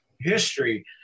history